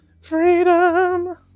Freedom